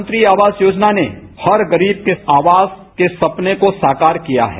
प्रधानमंत्री आवास योजना ने हर गरीब के आवास के सपने को साकार किया है